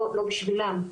לא בשבילם,